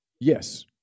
Yes